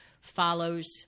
follows